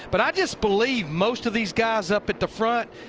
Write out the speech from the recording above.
but i just believe most of these guys up at the front,